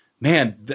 man